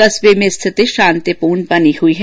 कस्बे में स्थिति शांतिपूर्ण बनी हुई है